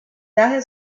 daher